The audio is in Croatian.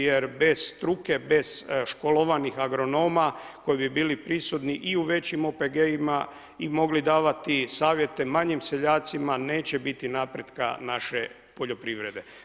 Jer bez struke, bez školovanih agronoma koji bi bili prisutni i u većim OPG-ima i mogli davati savjete manjim seljacima, neće biti napretka naše poljoprivrede.